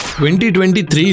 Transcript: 2023